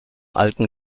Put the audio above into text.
alten